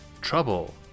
trouble